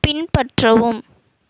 பின்பற்றவும்